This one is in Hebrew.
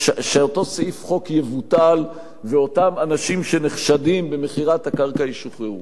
יבוטל ואותם אנשים שנחשדים במכירת הקרקע ישוחררו לאלתר.